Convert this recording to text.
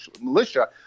militia